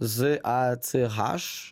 z a c h